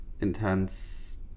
intense